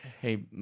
Hey